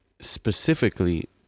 specifically